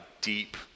deep